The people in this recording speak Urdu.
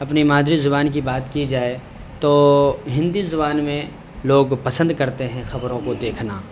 اپنی مادری زبان کی بات کی جائے تو ہندی زبان میں لوگ پسند کرتے ہیں خبروں کو دیکھنا